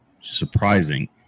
surprising